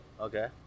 Okay